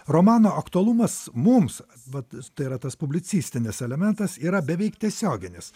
romano aktualumas mums vat tai yra tas publicistinis elementas yra beveik tiesioginis